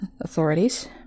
authorities